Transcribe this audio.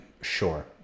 sure